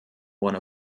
one